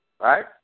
right